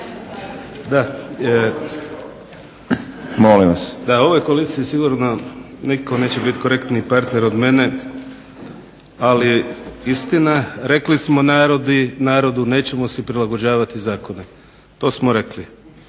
Da ovoj koaliciji sigurno nitko neće biti korektniji partner od mene ali istina, rekli smo narodu nećemo si prilagođavati zakone. To smo rekli.